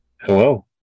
Hello